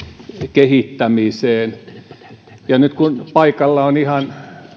kehittämiseen nyt kun paikalla on ihan